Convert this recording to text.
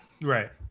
Right